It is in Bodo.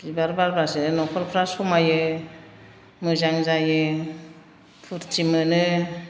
बिबार बारबासो न'खरफ्रा समायो मोजां जायो फुरथि मोनो